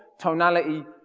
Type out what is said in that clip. tonality,